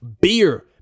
Beer